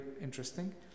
interesting